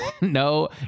no